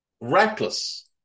Reckless